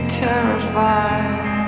terrified